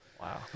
Wow